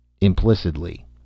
Implicitly